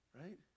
right